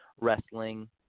wrestling